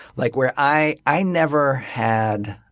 like where i i never had